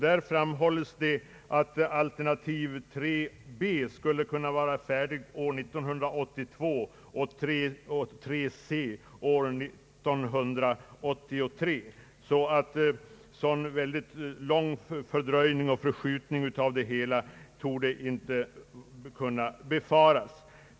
Där anges att alternativ 3 b skulle kunna vara färdigt år 1982 och 3 c år 1983, så någon väldigt lång fördröjning torde inte behöva befaras.